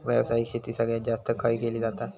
व्यावसायिक शेती सगळ्यात जास्त खय केली जाता?